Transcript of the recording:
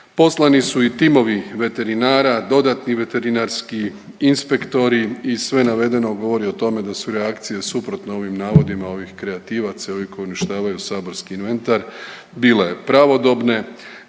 Poslani su i timovi veterinara, dodatni veterinarski inspektori i sve navedeno govori o tome da su reakcije suprotne ovim navodima ovih kreativaca i ovi koji uništavaju saborski inventar bila je pravodobne,